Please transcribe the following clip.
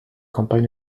campagne